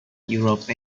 europe